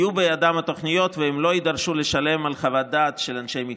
יהיו בידם התוכניות והם לא יידרשו לשלם על חוות דעת של אנשי מקצוע.